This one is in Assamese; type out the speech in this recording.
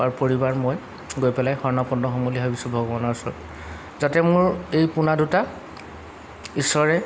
আৰু পৰিবাৰ মই গৈ পেলাই শৰণাপন্ন হ'ম বুলি ভাবিছোঁ ভগৱানৰ ওচৰত যাতে মোৰ এই পুনা দুটা ঈশ্বৰে